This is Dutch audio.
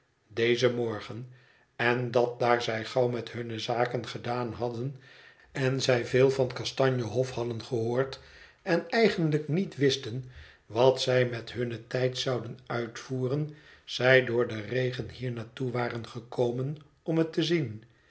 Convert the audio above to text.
dezen morgen en dat daar zij gauw met hunne zaken gedaan hadden en zij veel van kastanje hof hadden gehoord en eigenlijk niet wisten wat zij met hun tijd zouden uitvoeren zij door den regen hier naar toe waren gekomen om het te zien